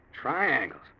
Triangles